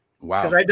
Wow